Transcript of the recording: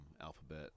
alphabet